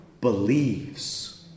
believes